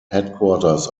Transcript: headquarters